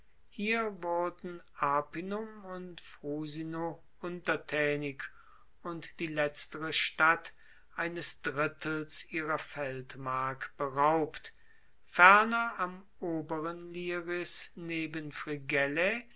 hier wurden arpinum und frusino untertaenig und die letztere stadt eines drittels ihrer feldmark beraubt ferner am oberen liris neben